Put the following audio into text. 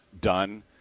done